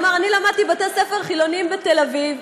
הוא אמר: אני למדתי בבתי-ספר חילוניים בתל אביב,